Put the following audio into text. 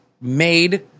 made